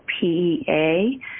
PEA